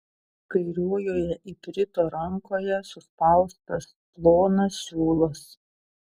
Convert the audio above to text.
kairiojoje iprito rankoje suspaustas plonas siūlas